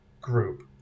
group